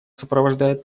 сопровождает